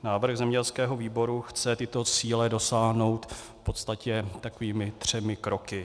Návrh zemědělského výboru chce tyto cíle dosáhnout v podstatě takovými třemi kroky.